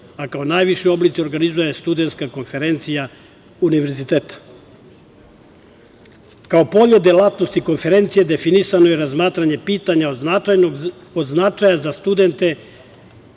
a kao najviši oblici organizovanja Studentska konferencija univerziteta. Kao polje delatnosti konferencije definisano je razmatranje pitanja od značaja za studente,